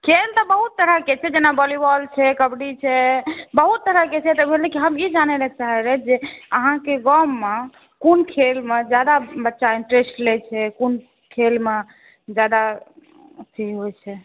खेल तऽ बहुत तरहके छै जेना भॉलीबाल छै कबड्डी छै बहुत तरहके छै लेकिन हम ई जानय लाए चाहैत रही जे अहाँके गाममे कोन खेलमे जादा बच्चा इन्ट्रेस्ट लै छै कोन खेलमे जादा अथी होइ छै